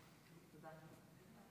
אלוהינו מלך העולם